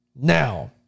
Now